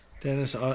Dennis